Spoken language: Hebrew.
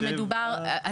שמדובר,